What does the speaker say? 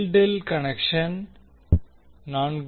∆∆ connection 4